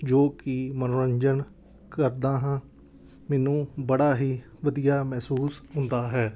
ਜੋ ਕਿ ਮਨੋਰੰਜਨ ਕਰਦਾ ਹਾਂ ਮੈਨੂੰ ਬੜਾ ਹੀ ਵਧੀਆ ਮਹਿਸੂਸ ਹੁੰਦਾ ਹੈ